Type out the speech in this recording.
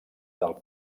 del